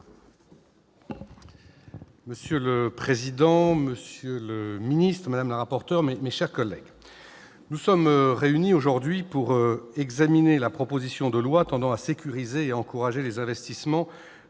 Monsieur le président, monsieur le secrétaire d'État, mes chers collègues, nous sommes réunis aujourd'hui pour examiner la proposition de loi tendant à sécuriser et à encourager les investissements